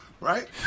right